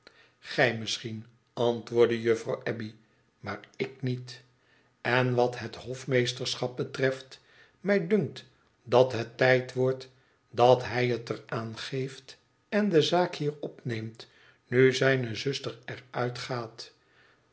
misschien antwoordde juffrouw abbey maar ik niet en wat het hofmeesterschap betreft mij dunkt dat het tijd wordt dat hij het er aan geeft en de zaak hier opneemt nu zijne zuster